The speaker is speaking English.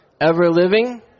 ever-living